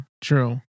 True